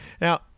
Now